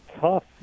tough